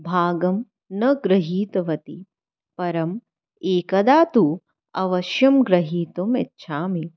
भागं न गृहीतवती परम् एकदा तु अवश्यं ग्रहीतुम् इच्छामि